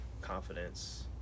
confidence